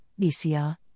BCR